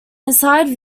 inside